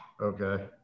Okay